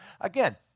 again